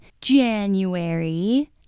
January